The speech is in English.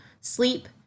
sleep